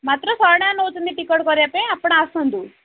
ମାତ୍ର ଶହେଟଙ୍କା ନେଉଛନ୍ତି ଟିକେଟ୍ କରିବା ପାଇଁ ଆପଣ ଆସନ୍ତୁ